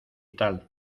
tal